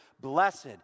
Blessed